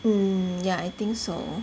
mm yeah I think so